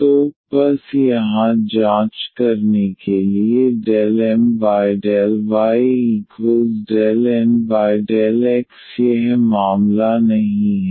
तो बस यहां जांच करने के लिए ∂M∂y∂N∂x यह मामला नहीं है